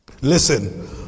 Listen